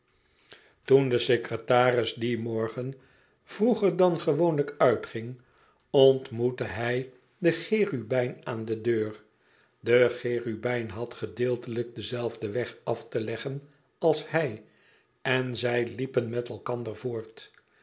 toen de secretaris dieo morgen vroeger dan gewoonlijk uitging onttdoettehij den cherubijn aan de deur de cherubijn had gedeeltelijk den zelfden weg af te leggen als hij en zij liepen met elkander voort